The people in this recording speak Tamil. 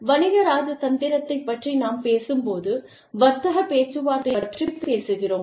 வணிக இராஜதந்திரத்தை பற்றி நாம் பேசும்போது வர்த்தக பேச்சுவார்த்தைகளைப் பற்றிப் பேசுகிறோம்